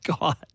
God